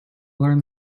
learn